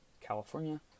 California